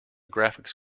graphics